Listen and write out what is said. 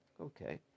Okay